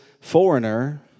foreigner